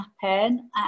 happen